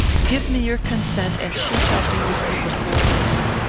give me your consent, and she shall be with you before noon.